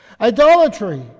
Idolatry